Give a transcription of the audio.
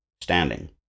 Standing